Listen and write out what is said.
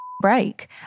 break